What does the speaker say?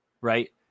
Right